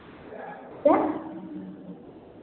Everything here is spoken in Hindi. क्या